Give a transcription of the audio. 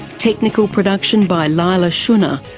technical production by leila shunnar,